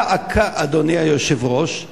דא עקא, אדוני היושב-ראש,